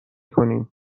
کنیم